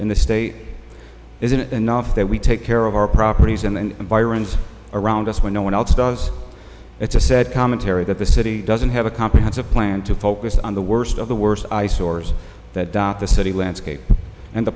in the state isn't it enough that we take care of our properties and environs around us when no one else does it's a sad commentary that the city doesn't have a comprehensive plan to focus on the worst of the worst eyesores that dot the city landscape and the